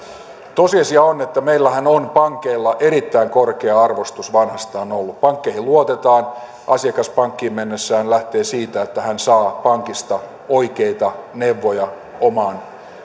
tosiasia on että meillähän on pankeilla vanhastaan ollut erittäin korkea arvostus pankkeihin luotetaan asiakas pankkiin mennessään lähtee siitä että hän saa pankista oikeita neuvoja omaan